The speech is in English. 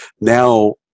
now